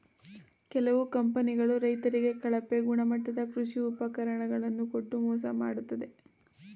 ಕೆಲವು ಕಂಪನಿಗಳು ರೈತರಿಗೆ ಕಳಪೆ ಗುಣಮಟ್ಟದ ಕೃಷಿ ಉಪಕರಣ ಗಳನ್ನು ಕೊಟ್ಟು ಮೋಸ ಮಾಡತ್ತದೆ